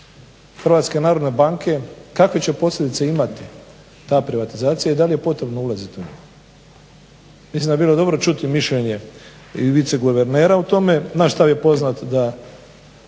jasan stav HNB-a kakve će posljedice imati ta privatizacija i da li je potrebno ulaziti u nju. Mislim da bi bilo dobro čuti mišljenje i viceguvernera o tome. Naš stav je poznat da